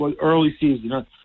early-season